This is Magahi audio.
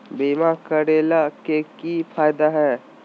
बीमा करैला के की फायदा है?